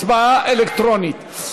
הצבעה אלקטרונית.